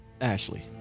Ashley